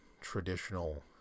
traditional